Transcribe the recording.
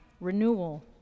renewal